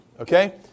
okay